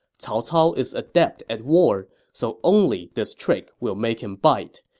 cao cao is adept at war, so only this trick will make him bite.